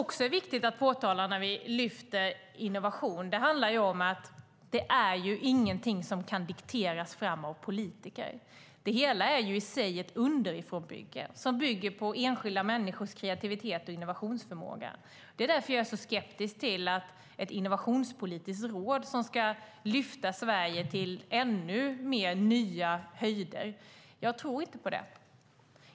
När vi lyfter fram innovation är det också viktigt att påtala att det inte är något som kan dikteras fram av politiker. Det hela är i sig ett underifrånbygge som bygger på enskilda människors kreativitet och innovationsförmåga. Det är därför som jag är så skeptisk till ett innovationspolitiskt råd som ska lyfta Sverige till ännu högre höjder. Jag tror inte på det.